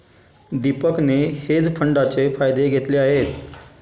दीपकने हेज फंडाचे फायदे घेतले आहेत